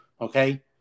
okay